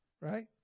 Right